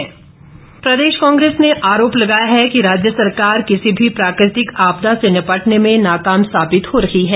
राठौर प्रदेश कांग्रेस ने आरोप लगाया है कि राज्य सरकार किसी भी प्राकृतिक आपदा से निपटने में नाकाम साबित हो रही है